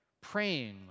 praying